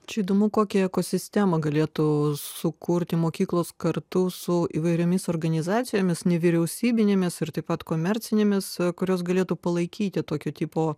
čia įdomu kokie ekosistemą galėtų sukurti mokyklos kartu su įvairiomis organizacijomis nevyriausybinėmis ir taip pat komercinėmis kurios galėtų palaikyti tokio tipo